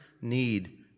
need